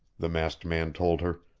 the masked man told her.